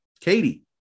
Katie